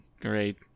great